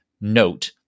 note